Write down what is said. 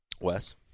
Wes